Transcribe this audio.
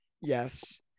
Yes